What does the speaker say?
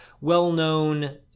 well-known